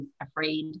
afraid